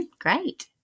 Great